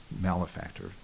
malefactor